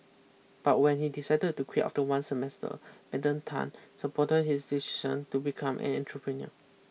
but when he decided to quit after one semester Madam Tan supported his decision to become an entrepreneur